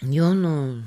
jo nu